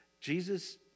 Jesus